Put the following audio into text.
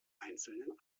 einzelnen